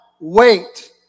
wait